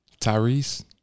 Tyrese